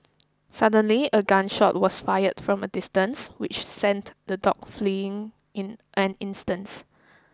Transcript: suddenly a gun shot was fired from a distance which sent the dogs fleeing in an instants